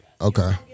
Okay